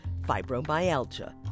fibromyalgia